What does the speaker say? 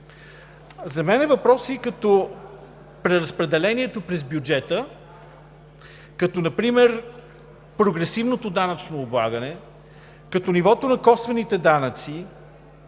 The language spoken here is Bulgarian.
За мен въпроси като преразпределението през бюджета, като например прогресивното данъчно облагане, като нивото на косвените данъци,